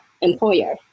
employer